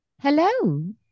Hello